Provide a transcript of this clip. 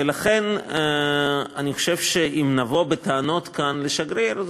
ולכן אני חושב שאם נבוא בטענות כאן לשגריר,